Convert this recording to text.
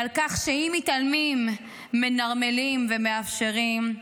ועל כך שאם מתעלמים, מנרמלים ומאפשרים,